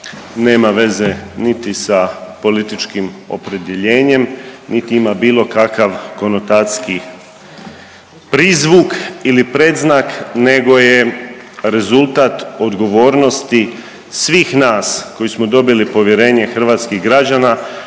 nema veze niti sa političkim opredjeljenjem, niti ima bilo kakav konotacijski prizvuk ili predznak nego je rezultat odgovornosti svih nas koji smo dobili povjerenje hrvatskih građana